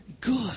good